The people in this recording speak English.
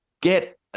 Get